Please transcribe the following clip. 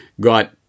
got